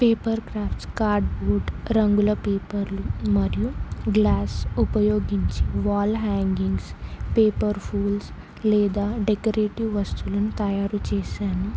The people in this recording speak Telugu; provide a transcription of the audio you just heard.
పేపర్ క్రాఫ్ట్స్ కార్డ్బోర్డ్ రంగుల పేపర్లు మరియు గ్లాస్ ఉపయోగించి వాల్ హ్యాంగింగ్స్ పేపర్ ఫూల్స్ లేదా డెకరేటివ్ వస్తువులను తయారు చేశాను